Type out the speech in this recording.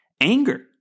anger